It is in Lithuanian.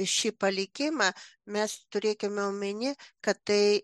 šį palikimą mes turėkime omenyje kad tai